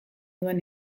duen